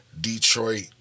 Detroit